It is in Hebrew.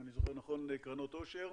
אם אני זוכר נכון, קרנות עושר,